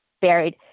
buried